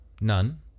None